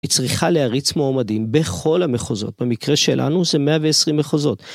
היא צריכה להריץ מועמדים בכל המחוזות, במקרה שלנו זה 120 מחוזות.